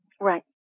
Right